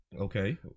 Okay